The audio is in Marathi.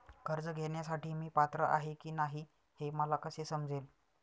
कर्ज घेण्यासाठी मी पात्र आहे की नाही हे मला कसे समजेल?